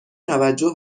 توجه